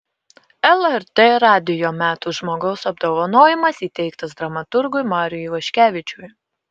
lrt radijo metų žmogaus apdovanojimas įteiktas dramaturgui mariui ivaškevičiui